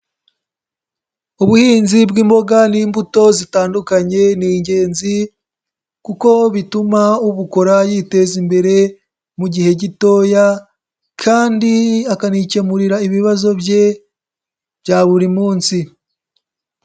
Ubuhinzi bw'imboga n'imbuto zitandukanye ni ingenzi kuko bituma ubukora yiteza imbere mu gihe gitoya kandi akanikemurira ibibazo bye bya buri munsi.